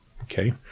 okay